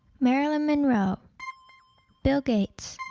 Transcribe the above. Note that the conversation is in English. marilyn monroe bill gates